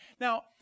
Now